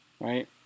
Right